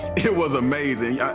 it was amazing. yeah